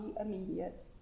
immediate